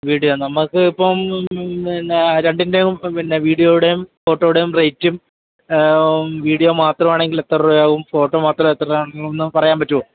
video നമുക്ക് ഇപ്പം പിന്നെ രണ്ടിൻറ്റെയും പിന്നെ വീഡിയോയുടെയും ഫോട്ടോയുടെയും റേറ്റും വീഡിയോ മാത്രം ആണെങ്കിൽ എത്ര രൂപയാകും ഫോട്ടോ മാത്രം എത്ര ആണെന്ന് ഒന്നു പറയാൻ പറ്റുമോ